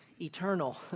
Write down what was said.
eternal